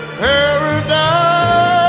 paradise